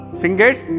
fingers